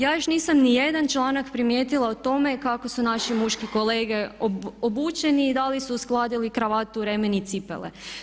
Ja još nisam ni jedan članak primijetila o tome kako su naši muški kolege obučeni i da li su uskladili kravatu, remen i cipele.